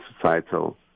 societal